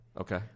Okay